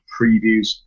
previews